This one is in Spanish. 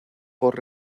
por